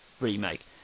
remake